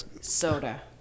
soda